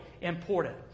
important